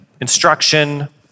instruction